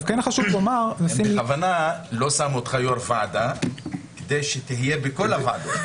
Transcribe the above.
אני בכוונה לא שם אותך יו"ר ועדה כדי שתהיה בכל הוועדות.